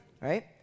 Right